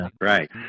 Right